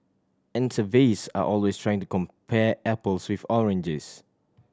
and surveys are always trying to compare apples with oranges